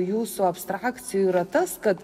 jūsų abstrakcija yra tas kad